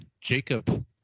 Jacob